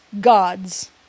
God's